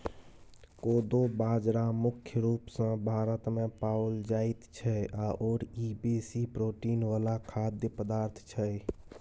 कोदो बाजरा मुख्य रूप सँ भारतमे पाओल जाइत छै आओर ई बेसी प्रोटीन वला खाद्य पदार्थ छै